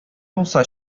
булса